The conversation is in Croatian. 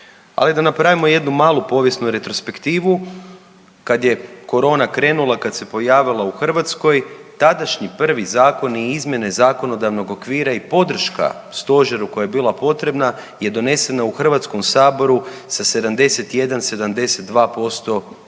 Ali da napravimo jednu malu povijesnu retrospektivu. Kad je korona krenula, kad se pojavila u Hrvatskoj, tadašnji prvi zakoni i izmjene zakonodavnog okvira i podrška Stožeru koja je bila potrebna je donesena u HS-u sa 71, 72% ruku